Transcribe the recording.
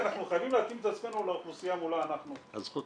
אנחנו חייבים להתאים את עצמנו לאוכלוסייה מולה אנחנו עובדים.